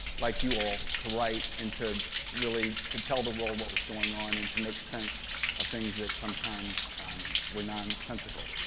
like you all to write and to really tell the world what was going on and to make sense of things that sometimes were nonsensical.